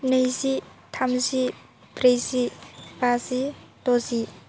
नैजि थामजि ब्रैजि बाजि द'जि